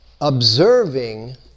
observing